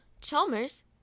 Chalmers